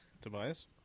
tobias